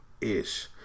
ish